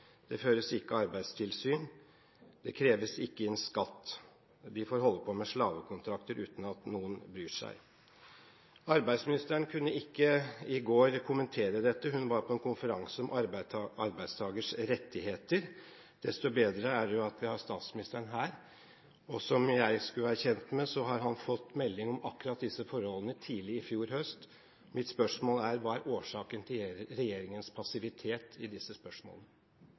Det føres ikke arbeidstilsyn, det kreves ikke inn skatt. De får holde på med slavekontrakter uten at noen bryr seg.» Arbeidsministeren kunne ikke i går kommentere dette. Hun var på en konferanse om arbeidstakeres rettigheter. Desto bedre er det at vi har statsministeren her. Meg bekjent har han fått melding om akkurat disse forholdene tidlig i fjor høst. Mitt spørsmål er: Hva er årsaken til regjeringens passivitet i disse spørsmålene?